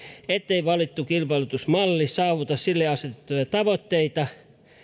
ettei valittu kilpailuttamismalli saavuta sille asetettuja tavoitteita